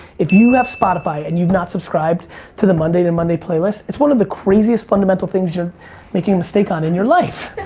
if you have spotify and you've not subscribed to the monday to monday playlist, it's one of the craziest fundamental things you're making a mistake on in your life.